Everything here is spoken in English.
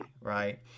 right